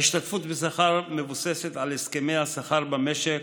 ההשתתפות בשכר מבוססת על הסכמי השכר במשק,